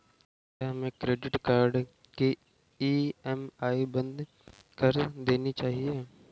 क्या हमें credit card की ई.एम.आई बंद कर देनी चाहिए?